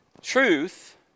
Truth